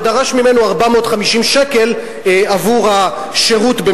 ודרש ממנו 450 שקל עבור ה"שירות".